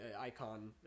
icon